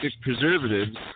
preservatives